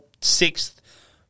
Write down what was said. sixth